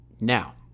Now